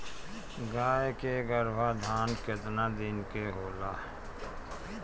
गाय के गरभाधान केतना दिन के होला?